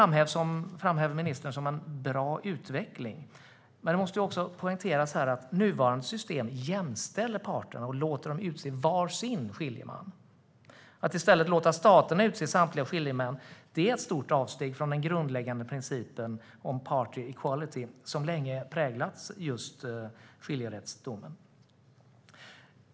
Ministern framhäver detta som en bra utveckling. Det måste dock poängteras att nuvarande system jämställer parterna och låter dem utse varsin skiljeman. Att i stället låta staterna utse samtliga skiljemän är ett stort avsteg från den grundläggande principen om party equality som länge präglat skiljedomsrätten.